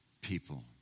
people